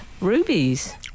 rubies